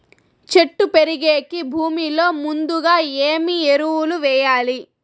చెట్టు పెరిగేకి భూమిలో ముందుగా ఏమి ఎరువులు వేయాలి?